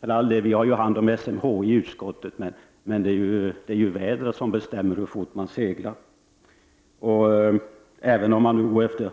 För all del faller SMHI inom utskottets verksamhetsområde, men det är vädret som bestämmer hur fort man seglar. Även när det